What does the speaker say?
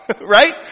right